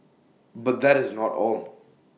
but that is not all